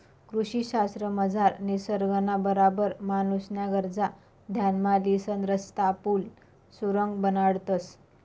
कृषी शास्त्रमझार निसर्गना बराबर माणूसन्या गरजा ध्यानमा लिसन रस्ता, पुल, सुरुंग बनाडतंस